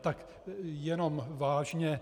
Tak jenom vážně.